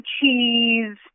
cheese